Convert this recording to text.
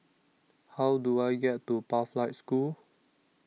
How Do I get to Pathlight School